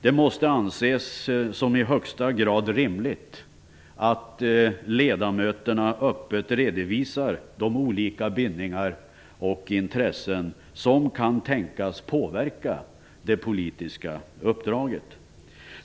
Det måste anses som i högsta grad rimligt att ledamöterna öppet redovisar de olika bindningar och intressen som kan tänkas påverka det politiska uppdraget.